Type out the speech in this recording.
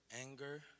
anger